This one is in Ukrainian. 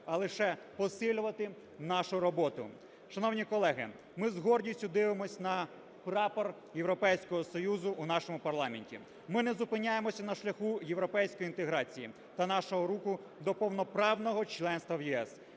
а лише посилювати нашу роботу. Шановні колеги, ми з гордістю дивимося на прапор Європейського Союзу у нашому парламенті. Ми не зупиняємося на шляху європейської інтеграції та нашого руху до повноправного членства в ЄС.